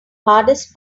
hardest